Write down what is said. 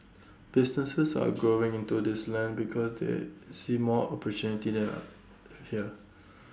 businesses are going into this land because they see more opportunities there here